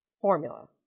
formula